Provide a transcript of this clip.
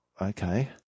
Okay